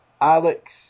Alex